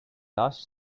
last